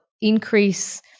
increase